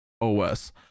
OS